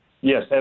Yes